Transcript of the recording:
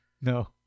No